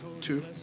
Two